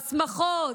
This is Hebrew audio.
השמחות,